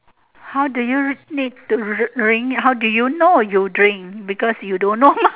how do you need to dri~ drink how do you know you drink because you don't know mah